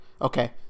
Okay